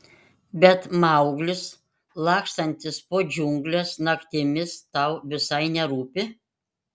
bet mauglis lakstantis po džiungles naktimis tau visai nerūpi